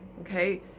okay